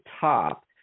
top